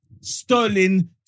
Sterling